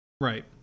Right